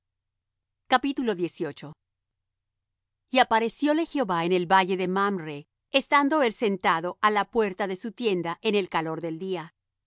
con él y apareciole jehová en el valle de mamre estando él sentado á la puerta de su tienda en el calor del día y